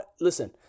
Listen